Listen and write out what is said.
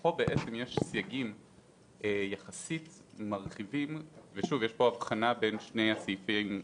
בתוכו יש סייגים מרחיבים ויש הבחנה בין שני הסעיפים,